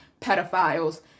pedophiles